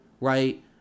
right